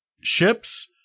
ships